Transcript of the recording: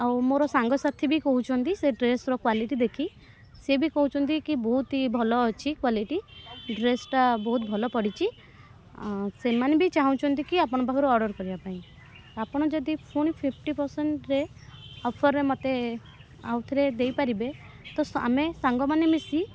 ଆଉ ମୋର ସାଙ୍ଗସାଥି ବି କହୁଛନ୍ତି ସେ ଡ୍ରେସ୍ର କ୍ୱାଲିଟି ଦେଖି ସିଏ ବି କହୁଛନ୍ତି କି ବହୁତ ହିଁ ଭଲ ଅଛି କ୍ୱାଲିଟି ଡ୍ରେସ୍ଟା ବହୁତ ଭଲ ପଡ଼ିଛି ସେହିମାନେ ବି ଚାହୁଁଛନ୍ତି କି ଆପଣଙ୍କ ପାଖରୁ ଅର୍ଡ଼ର୍ କରିବା ପାଇଁ ଆପଣ ଯଦି ଫୁଣି ଫିଫ୍ଟି ପରସେଣ୍ଟ୍ରେ ଅଫର୍ରେ ମୋତେ ଆଉ ଥରେ ଦେଇପାରିବେ ତ ସ ଆମେ ସାଙ୍ଗମାନେ ମିଶି